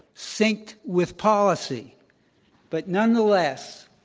synced withpolicy. but nonetheless,